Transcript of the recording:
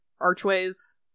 archways